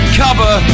cover